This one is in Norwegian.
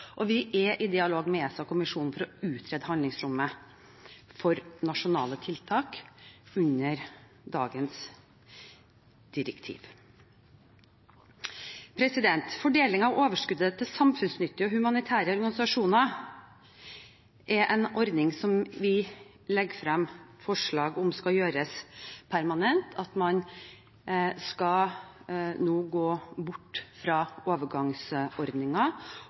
og vi er i dialog med ESA og kommisjonen for å utrede handlingsrommet for nasjonale tiltak under dagens direktiv. Fordeling av overskuddet til samfunnsnyttige og humanitære organisasjoner er en ordning som vi legger frem forslag om skal gjøres permanent, at man nå skal gå bort fra